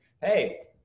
Hey